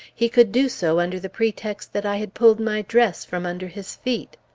he could do so under the pretext that i had pulled my dress from under his feet!